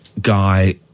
guy